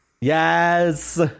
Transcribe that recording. Yes